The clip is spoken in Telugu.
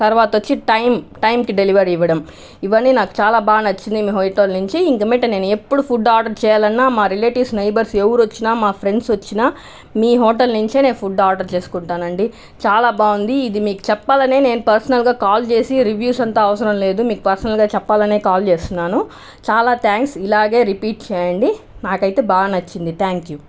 తర్వాత వచ్చి టైమ్ టైమ్కి డెలివరీ ఇవ్వడం ఇవన్నీ నాకు చాలా బాగా నచ్చింది మీ హోటల్ నుంచి ఇక మీదట నేను ఎప్పుడు ఫుడ్ ఆర్డర్ చెయ్యాలన్నా మా రిలెటివ్స్ నెయిబర్స్ ఎవరు వచ్చినా మా ఫ్రెండ్స్ వచ్చినా మీ హోటల్ నుంచే నేను ఫుడ్ ఆర్డర్ చేసుకుంటాను అండీ చాలా బాగుంది ఇది మీకు చెప్పాలనే నేను పర్సనల్గా కాల్ చేసి రివ్యూస్ అంతా అవసరం లేదు మీకు పర్సనల్గా చెప్పాలనే కాల్ చేస్తున్నాను చాలా థాంక్స్ ఇలాగే రిపీట్ చేయండి నాకు అయితే బాగా నచ్చింది థాంక్ యూ